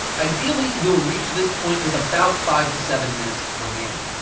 ideally, you'll reach this point with about five seven minutes remaining.